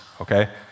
okay